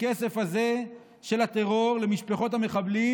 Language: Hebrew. הכסף הזה של הטרור למשפחות המחבלים,